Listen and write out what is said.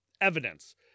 evidence